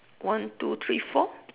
one two three four